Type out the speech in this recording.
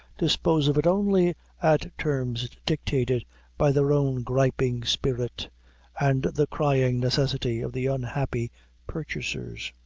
dispose of it only at terms dictated by their own griping spirit and the crying necessity of the unhappy purchasers.